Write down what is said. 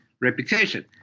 reputation